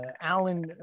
alan